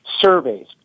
surveys